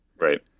Right